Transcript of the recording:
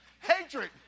Hatred